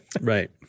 right